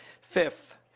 Fifth